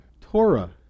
Torah